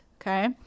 okay